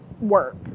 work